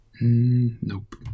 Nope